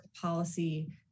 policy